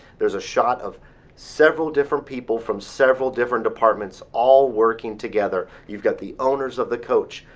there's a shot of several different people from several different departments, all working together. you've got the owners of the coach,